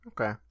Okay